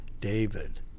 David